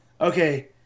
Okay